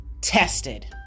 tested